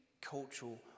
cultural